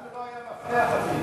לנו לא היה מפתח אפילו.